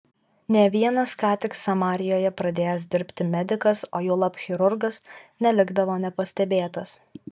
nė vienas ką tik samarijoje pradėjęs dirbti medikas o juolab chirurgas nelikdavo nepastebėtas